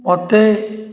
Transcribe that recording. ମୋତେ